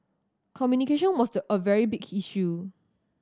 communication was the a very big issue